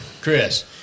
Chris